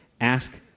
Ask